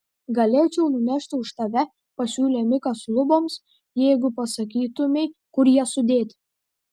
galėčiau nunešti už tave pasiūlė mikas luboms jeigu pasakytumei kur jie sudėti